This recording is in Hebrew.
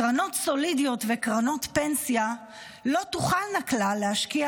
קרנות סולידיות וקרנות הפנסיה לא תוכלנה כלל להשקיע